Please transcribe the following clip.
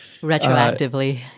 retroactively